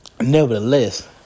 nevertheless